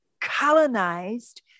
colonized